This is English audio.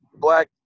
Black